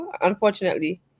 unfortunately